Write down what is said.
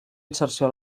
inserció